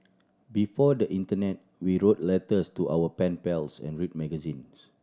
before the internet we wrote letters to our pen pals and read magazines